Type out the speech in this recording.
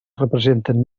representen